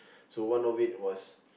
so one of it was